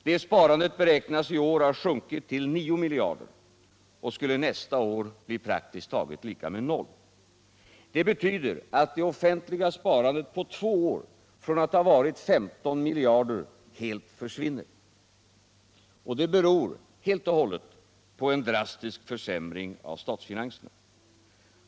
Detta sparande beräknas i år ha sjunkit till 9 miljarder och skulle nästa år bli praktiskt taget lika med noll. Det betyder att det offentliga sparandet på två år från att ha varit 15 miljarder helt försvinner. Och det beror helt och hållet på en drastisk försämring av statsfinanserna.